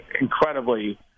incredibly